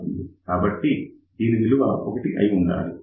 కాబట్టి దీని విలువ 1 అయి ఉండాలి